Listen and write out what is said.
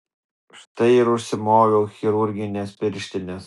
štai ir užsimoviau chirurgines pirštines